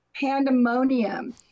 pandemonium